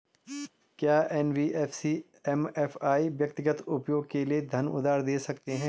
क्या NBFC MFI व्यक्तिगत उपयोग के लिए धन उधार दें सकते हैं?